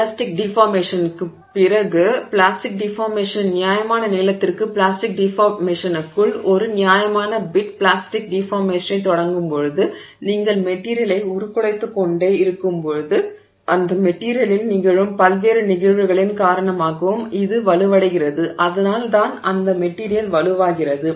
elastic டிஃபார்மேஷனுக்குப் பிறகு plastic டிஃபார்மேஷனின் நியாயமான நீளத்திற்கு பிளாஸ்டிக் டிஃபார்மேஷனுக்குள் ஒரு நியாயமான பிட் பிளாஸ்டிக் டிஃபார்மேஷனைத் தொடங்கும்போது நீங்கள் மெட்டிரியலை உருக்குலைத்துக்கொண்டே இருக்கும்போது அந்த மெட்டிரியலில் நிகழும் பல்வேறு நிகழ்வுகளின் காரணமாகவும் இது வலுவடைகிறது அதனால் தான் அந்த மெட்டிரியல் வலுவாகிறது